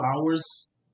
hours